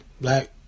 black